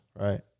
right